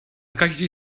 každý